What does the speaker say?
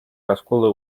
раскола